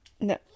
No